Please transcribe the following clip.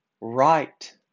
right